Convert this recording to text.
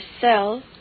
sell